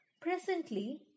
Presently